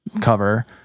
cover